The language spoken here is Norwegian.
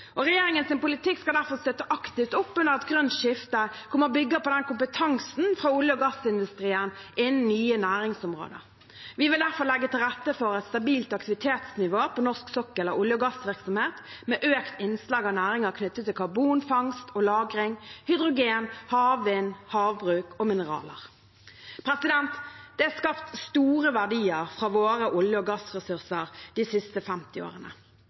politikk skal derfor støtte aktivt opp under et grønt skifte hvor man bygger på kompetansen fra olje- og gassindustrien innen nye næringsområder. Vi vil derfor legge til rette for et stabilt aktivitetsnivå på norsk sokkel av olje- og gassvirksomhet, med økt innslag av næringer knyttet til karbonfangst og -lagring, hydrogen, havvind, havbruk og mineraler. Det er skapt store verdier fra våre olje- og gassressurser de siste 50 årene.